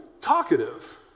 talkative